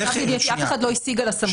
אף אחד לא השיג על הסמכות.